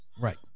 right